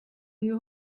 you